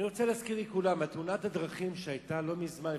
אני רוצה להזכיר לכולם את תאונת הדרכים שהיתה לא מזמן,